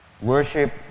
worship